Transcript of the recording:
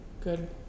Good